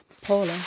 Paula